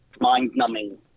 mind-numbing